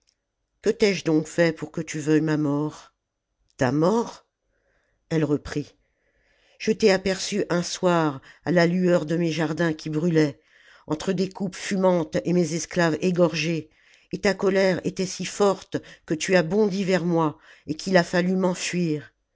que t'ai-je donc fait pour que tu veuilles ma mort ta mort elle reprit je t'ai aperçu un soir à la lueur de mes jardins qui brûlaient entre des coupes fumantes et mes esclaves égorgés et ta colère était si forte que tu as bondi vers moi et qu'il a fallu m'enfuir